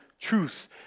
truth